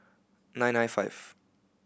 nine nine five